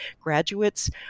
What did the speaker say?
graduates